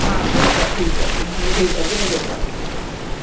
हा ठीकु आहे ठीकु आहे जी ठीकु आहे जय झूलेलाल